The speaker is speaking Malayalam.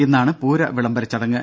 ഇന്നാണ് പൂര വിളംബരച്ചടങ്ങ്